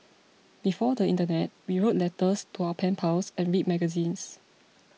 before the internet we wrote letters to our pen pals and read magazines